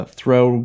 throw